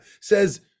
says